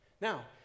now